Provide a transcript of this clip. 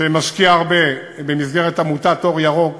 שמשקיע הרבה במסגרת עמותת "אור ירוק",